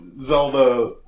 Zelda